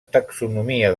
taxonomia